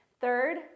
Third